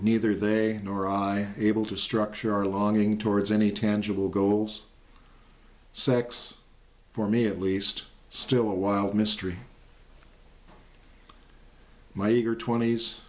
neither they nor i able to structure our longing towards any tangible goals sex for me at least still a wild mystery my eager twenties